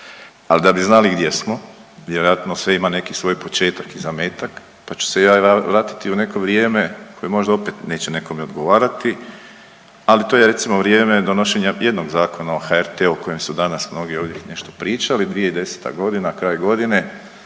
Al da bi znali gdje smo vjerojatno sve ima neki svoj početak i zametak, pa ću se ja vratiti u neko vrijeme koje možda opet neće nekome odgovarati, ali to je recimo vrijeme donošenja jednog Zakona o HRT-u o kojem su danas mnogi ovdje nešto pričali, 2010.g. kraj godine